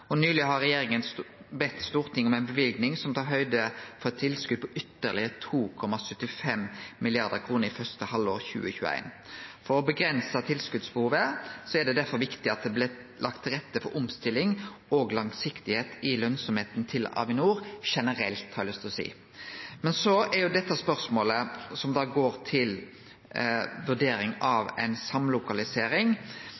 og nyleg har regjeringa bedt Stortinget om ei løyving som tar høgde for eit tilskot på ytterlegare 2,75 mrd. kr første halvår 2021. For å avgrense tilskotsbehovet er det derfor viktig at det blir lagt til rette for omstilling og planlegging på lang sikt i lønnsemda til Avinor generelt. Dette spørsmålet, som går på vurdering av ei samlokalisering, er